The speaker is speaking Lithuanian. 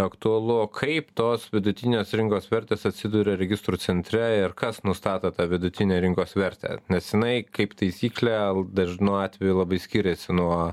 aktualu kaip tos vidutinės rinkos vertės atsiduria registrų centre ir kas nustato tą vidutinę rinkos vertę nes jinai kaip taisyklė dažnu atveju labai skiriasi nuo